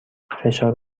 فشار